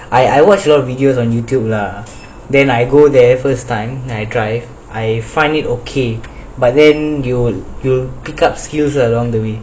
I I watch a lot of videos on youtube lah then I go there first time I drive I find it okay but then you you pick up skills along the way